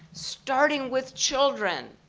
starting with children,